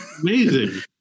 Amazing